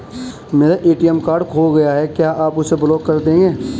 मेरा ATM card खो गया है क्या आप उसे ब्लॉक कर देंगे?